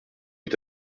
est